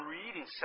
reading